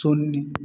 शून्य